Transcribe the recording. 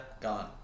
gone